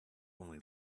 only